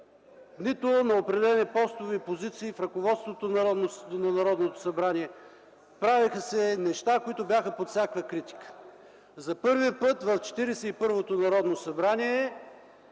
нито на определени постове и позиции в ръководството на Народното събрание. Правеха се неща, които бяха под всякаква критика. За първи път в Четиридесет и